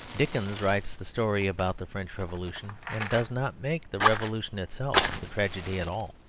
dickens writes the story about the french revolution, and does not make the revolution itself the tragedy at all.